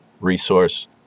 resource